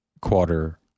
quarter